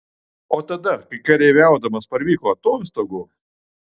o tada kai kareiviaudamas parvyko atostogų